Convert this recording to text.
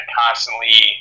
constantly